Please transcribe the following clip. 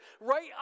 Right